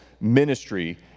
ministry